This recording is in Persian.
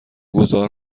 گذار